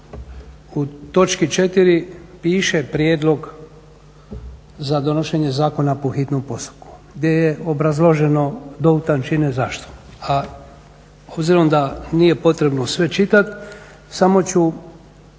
u točki 4.piše prijedlog za donošenje zakona po hitnom postupku gdje je obrazloženo do u tančine zašto. A obzirom da nije potrebno sve čitati samo ću